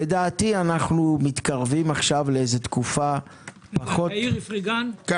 לדעתי, אנחנו מתקרבים לתקופה פחות